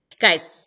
Guys